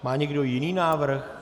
Má někdo jiný návrh?